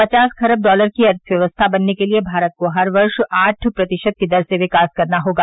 पचास खरब डॉलर की अर्थव्यवस्था बनने के लिए भारत को हर वर्ष आठ प्रतिशत की दर से विकास करना होगा